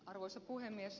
arvoisa puhemies